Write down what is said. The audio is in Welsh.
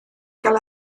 gael